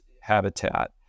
habitat